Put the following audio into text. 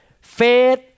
faith